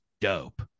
dope